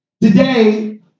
Today